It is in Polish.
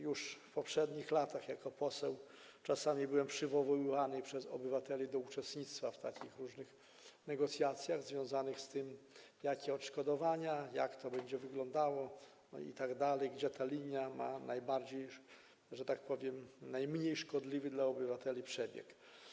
Już w poprzednich latach jako poseł czasami byłem przywoływany przez obywateli do uczestnictwa w takich różnych negocjacjach związanych z tym, jakie będą odszkodowania, jak to będzie wyglądało itd., gdzie ta linia ma najmniej szkodliwy dla obywateli przebieg.